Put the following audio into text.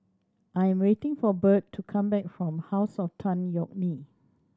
I am waiting for Burt to come back from House of Tan Yeok Nee